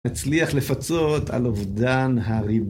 נצליח לפצות על אובדן הריב